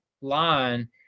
line